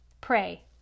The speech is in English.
Pray